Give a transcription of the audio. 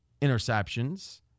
interceptions